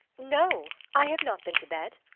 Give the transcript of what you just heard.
no, i have not been to bed.